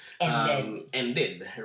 ended